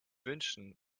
wünschen